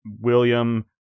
william